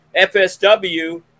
FSW